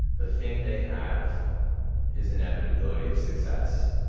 the thing they have is inevitability of success.